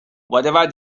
whatever